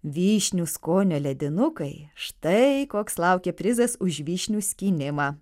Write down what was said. vyšnių skonio ledinukai štai koks laukia prizas už vyšnių skynimą